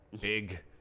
Big